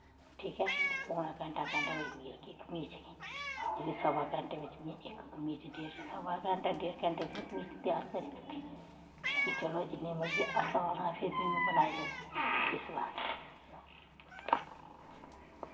ठीक ऐ ते पौनां घैंटा घैटै बिच्च जेह्की कमीच जेह्की सवा घैटें बिच्च में इक कमीच सवा घैटें बिच्च डेड़ घैंटे बिच्च में कमीच त्यार करी दित्ती कि चलो जिन्नी मर्जी आसान ही फिर बी में बनाई लेई इस बास्तै